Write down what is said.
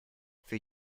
für